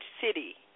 city